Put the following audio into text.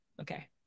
Okay